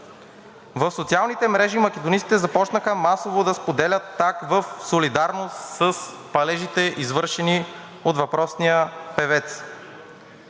В социалните мрежи македонистите започнаха масово да споделят акт в солидарност с палежите, извършени от въпросния певец.